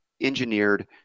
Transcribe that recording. engineered